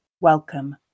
welcome